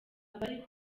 abariho